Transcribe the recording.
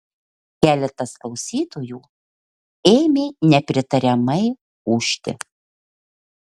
keletas klausytojų ėmė nepritariamai ūžti